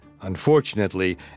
Unfortunately